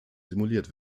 simuliert